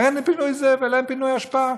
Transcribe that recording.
אין פינוי זבל, אין פינוי אשפה.